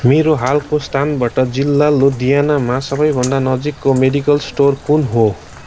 मेरो हालको स्थानबाट जिल्ला लुधियानामा सबैभन्दा नजिकको मेडिकल स्टोर कुन हो